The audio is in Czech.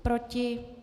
Proti?